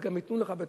אז גם ייתנו לך,